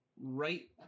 Right